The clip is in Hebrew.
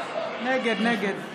נגד, נגד.